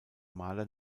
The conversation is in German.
maler